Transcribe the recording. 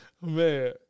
man